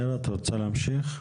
מירה, את רוצה להמשיך?